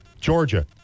Georgia